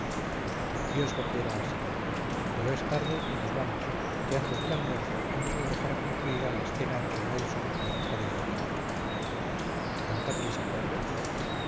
dios lo quiera así pero es tarde y nos vamos que antes del almuerzo hemos de dejar concluida la escena entre nelson y la hija de gravina tanta prisa corre